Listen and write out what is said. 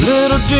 Little